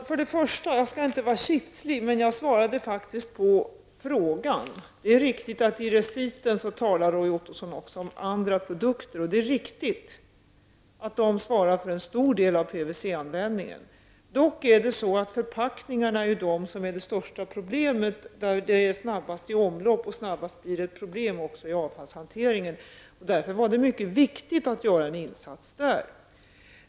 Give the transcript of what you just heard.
Fru talman! Jag skall inte vara kitslig, men jag svarade faktiskt på frågan. Det är riktigt att Roy Ottosson i reciten även talar om andra produkter, och det är riktigt att dessa svarar för en stor del av PVC-användningen. Dock är det så att förpackningarna utgör det största problemet, eftersom de är snabbast i omlopp och snabbast blir ett problem även i avfallshanteringen. Därför var det mycket viktigt att göra en insats på det området.